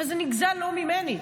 וזה נגזל לא ממני,